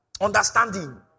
Understanding